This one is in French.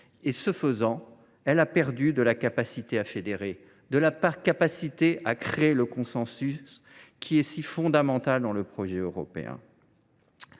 Ce faisant, elle a perdu de sa capacité à fédérer, à créer ce consensus qui est si fondamental dans le projet européen.